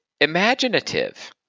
imaginative